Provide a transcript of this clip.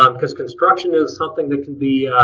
um because construction is something that can be